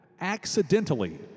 Accidentally